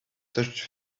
such